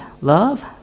love